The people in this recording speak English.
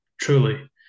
truly